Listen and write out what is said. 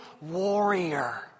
warrior